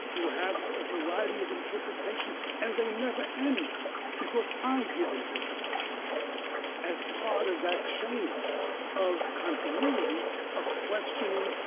you have a variety of interpretation. and they never end because i give interpretations as part of that chain of continuity of questioning,